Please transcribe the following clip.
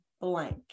blank